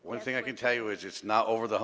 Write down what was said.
one thing i can tell you it's not over the